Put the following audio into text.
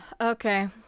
Okay